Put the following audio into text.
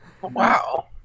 Wow